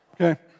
Okay